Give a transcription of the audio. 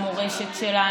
המורשת שלנו,